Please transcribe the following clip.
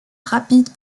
rapide